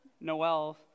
Noel